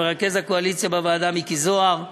למרכז הקואליציה בוועדה מיקי זוהר,